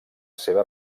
seva